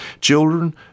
children